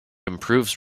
improves